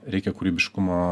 reikia kūrybiškumo